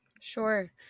sure